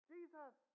Jesus